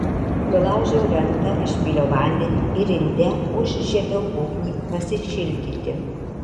sulaužiau lentą išpyliau vandenį ir inde užžiebiau ugnį pasišildyti